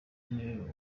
intebe